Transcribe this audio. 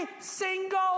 single